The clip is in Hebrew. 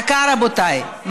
דקה, רבותיי.